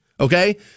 Okay